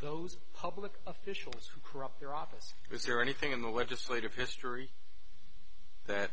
those public officials who corrupt their office is there anything in the legislative history that